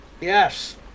yes